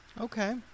Okay